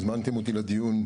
הזמנתם אותי לדיון,